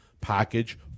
package